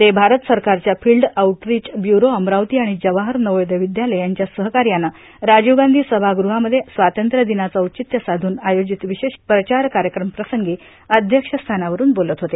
ते भारत सरकारच्या field outreach bureau Amravati आणि जवाहर नवोदय विद्यालय यांच्या सहकार्यानं राजीव गांधी सभाग्रहामध्ये स्वातंत्र्य दिनाचं औचित्य साधून आयोजित विशेष प्रचार कार्यक्रमप्रसंगी अध्यक्ष स्थानावरून बोलत होते